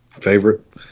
Favorite